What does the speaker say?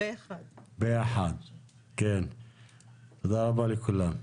תודה רבה לכולם.